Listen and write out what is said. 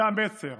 זה המסר.